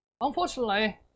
Unfortunately